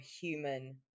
human